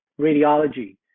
radiology